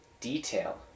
detail